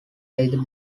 either